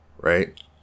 right